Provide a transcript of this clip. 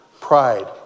Pride